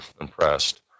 impressed